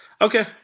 Okay